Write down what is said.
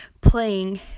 playing